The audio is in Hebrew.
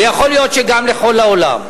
ויכול להיות שגם לכל העולם.